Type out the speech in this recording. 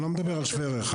אני לא מדבר על שווה ערך,